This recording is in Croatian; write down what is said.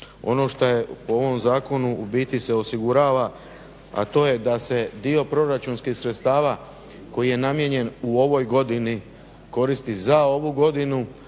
Ono što u ovom zakonu u biti se osigurava, a to je da se dio proračunskih sredstava koji je namijenjen u ovoj godini koristi za ovu godinu,